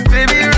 Baby